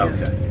Okay